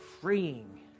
freeing